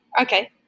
Okay